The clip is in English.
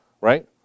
Right